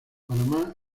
panamá